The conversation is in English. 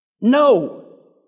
No